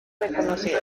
reconocido